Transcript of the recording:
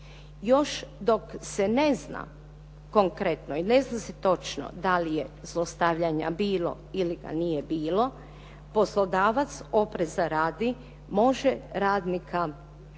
još dok se ne zna konkretno i ne zna se točno da li je zlostavljanja bilo ili ga nije bilo, poslodavac opreza radi može radnika ukloniti